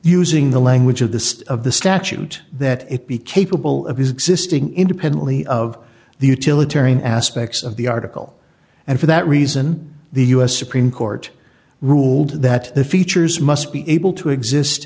using the language of the state of the statute that it be capable of his existing independently of the utilitarian aspects of the article and for that reason the u s supreme court ruled that the features must be able to exist